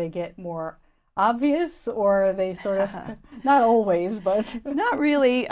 they get more obvious or they sort of always both not really